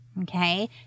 Okay